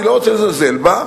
אני לא רוצה לזלזל בה,